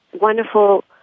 wonderful